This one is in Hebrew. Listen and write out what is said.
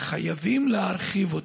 וחייבים להרחיב אותו.